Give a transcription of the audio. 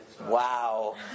Wow